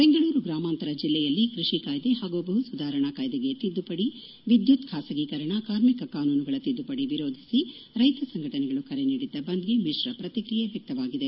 ದೆಂಗಳೂರು ಗ್ರಾಮಾಂತರ ಜಿಲ್ಲೆಯಲ್ಲಿ ಕೃಷಿ ಕಾಯ್ದೆ ಹಾಗೂ ಭೂ ಸುಧಾರಣಾ ಕಾಯ್ದೆಗೆ ತಿದ್ದುಪಡಿ ವಿದ್ಯುತ್ ಬಾಸಗೀಕರಣ ಕಾರ್ಮಿಕ ಕಾನೂನುಗಳ ತಿದ್ದುಪಡಿ ವಿರೋಧಿಸಿ ರೈತ ಸಂಘಟನೆಗಳು ಕರೆ ನೀಡಿದ್ದ ಬಂದ್ಗೆ ಮಿತ್ರ ಪ್ರತಿಕ್ರಿಯೆ ವ್ಯಕ್ತವಾಗಿದೆ